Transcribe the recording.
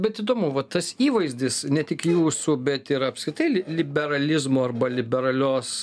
bet įdomu va tas įvaizdis ne tik jūsų bet ir apskritai liberalizmo arba liberalios